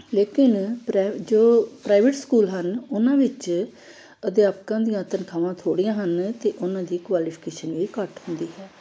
ਲੇਕਿਨ ਪ੍ਰਾ ਜੋ ਪ੍ਰਾਈਵੇਟ ਸਕੂਲ ਹਨ ਉਹਨਾਂ ਵਿੱਚ ਅਧਿਆਪਕਾਂ ਦੀਆਂ ਤਨਖਾਹਵਾਂ ਥੋੜ੍ਹੀਆਂ ਹਨ ਅਤੇ ਉਹਨਾਂ ਦੀ ਕੁਆਲੀਫਿਕੇਸ਼ਨ ਵੀ ਘੱਟ ਹੁੰਦੀ ਹੈ